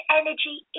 energy